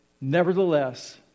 nevertheless